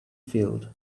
field